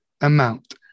amount